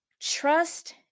trust